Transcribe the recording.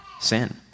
sin